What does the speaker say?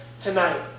tonight